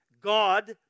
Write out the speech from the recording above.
God